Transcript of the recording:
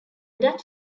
dutch